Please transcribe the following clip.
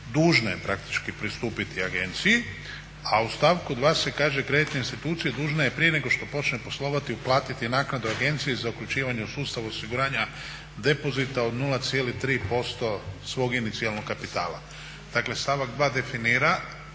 Dakle stavak 2. definira